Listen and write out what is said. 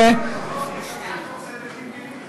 2015. יש הצעת חוק סדר דין פלילי.